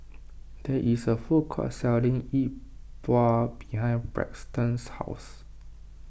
there is a food court selling Yi Bua behind Braxton's house